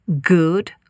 Good